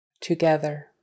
Together